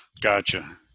Gotcha